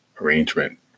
arrangement